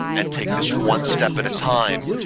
and take this one step at a time,